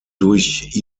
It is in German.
durch